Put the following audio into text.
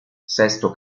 sesto